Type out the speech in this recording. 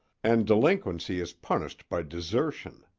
and delinquency is punished by desertion.